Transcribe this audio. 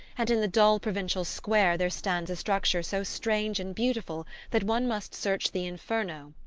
and in the dull provincial square there stands a structure so strange and beautiful that one must search the inferno,